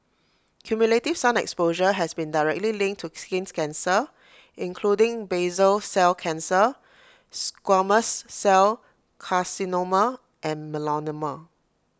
cumulative sun exposure has been directly linked to skin cancer including basal cell cancer squamous cell carcinoma and melanoma